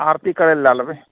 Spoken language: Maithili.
आरती करैलए लै लेबै